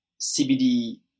CBD